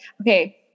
okay